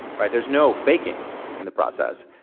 there's no faking in the process.